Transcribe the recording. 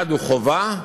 אחד חובה,